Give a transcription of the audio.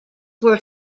were